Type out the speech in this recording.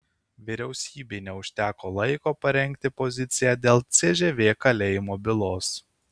vyriausybei neužteko laiko parengti poziciją dėl cžv kalėjimo bylos